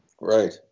Right